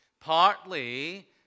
partly